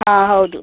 ಆಂ ಹೌದು